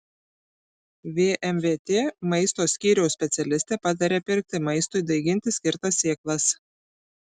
vmvt maisto skyriaus specialistė pataria pirkti maistui daiginti skirtas sėklas